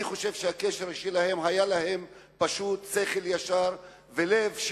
אני חושב שהקשר שלהם הוא פשוט שכל ישר ולב,